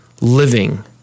living